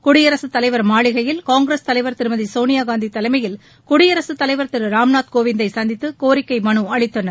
குடியரசுத் தலைவர் மாளிகையில் காங்கிரஸ் தலைவர் திருமதி சோனியா காந்தி தலைமையில் குடியரசுத் தலைவர் திரு ராம்நாத்கோவிந்தை சந்தித்து கோரிக்கை மனு அளித்தனர்